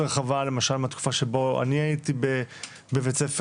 רחבה למשל מהתקופה שאני הייתי בבית ספר.